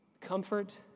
comfort